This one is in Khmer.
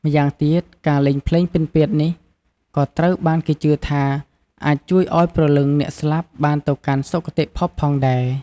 ម្យ៉ាងទៀត ការលេងភ្លេងពិណពាទ្យនេះក៏ត្រូវបានគេជឿថាអាចជួយឱ្យព្រលឹងអ្នកស្លាប់បានទៅកាន់សុគតិភពផងដែរ។